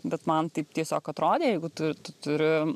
bet man taip tiesiog atrodė jeigu tu tu turi